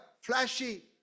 flashy